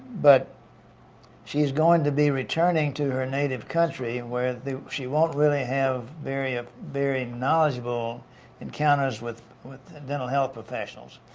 but she's going to be returning to her native country and where she won't really have very very knowledgeable encounters with with dental health professionals,